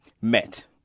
met